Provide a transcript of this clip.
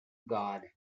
god